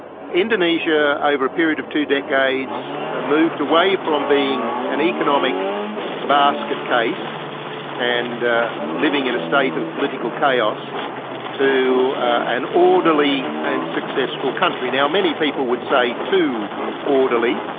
indonesia over a period of two decades moved away from being an economic basket case and living in a state of political chaos to an orderly and successful country. now, many people would say too orderly.